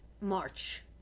March